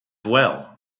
well